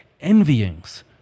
envyings